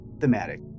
Thematic